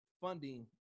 funding